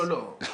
לא,